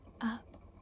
Up